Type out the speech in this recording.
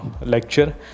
lecture